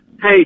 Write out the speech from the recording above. Hey